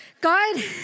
God